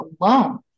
alone